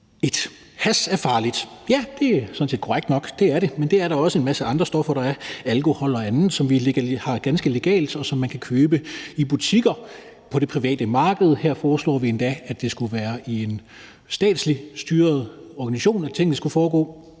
1) Hash er farligt. Ja, det er det sådan set korrekt nok at det er. Men det er der også en masse andre stoffer der er – alkohol og andet – som vi har ganske legalt, og som man kan købe i butikker på det private marked, og her foreslår vi endda, at det skulle være i en statsligt styret organisation, tingene skulle foregå.